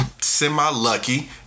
semi-lucky